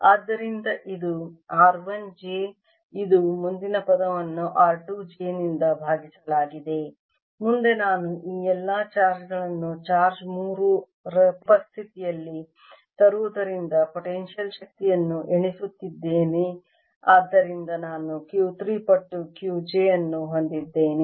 ಆದ್ದರಿಂದ ಇದು r 1 j ಇದು ಮುಂದಿನ ಪದವನ್ನು r 2 j ನಿಂದ ಭಾಗಿಸಲಾಗಿದೆ ಮುಂದೆ ನಾನು ಈ ಎಲ್ಲಾ ಚಾರ್ಜ್ ಗಳನ್ನು ಚಾರ್ಜ್ 3 ರ ಉಪಸ್ಥಿತಿಯಲ್ಲಿ ತರುವುದರಿಂದ ಪೊಟೆನ್ಶಿಯಲ್ ಶಕ್ತಿಯನ್ನು ಎಣಿಸುತ್ತಿದ್ದೇನೆ ಆದ್ದರಿಂದ ನಾನು q 3 ಪಟ್ಟು q j ಅನ್ನು ಹೊಂದಿದ್ದೇನೆ